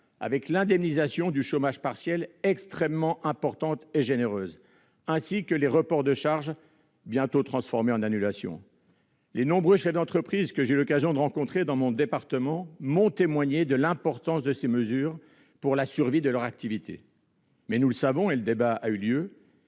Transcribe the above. avec l'indemnisation du chômage partiel, extrêmement généreuse, et les reports de charges, bientôt transformés en annulations. Les nombreux chefs d'entreprise que j'ai eu l'occasion de rencontrer dans mon département m'ont témoigné de l'importance de ces mesures pour la survie de leur activité. Mais, nous le savons- le débat a eu lieu